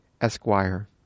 Esquire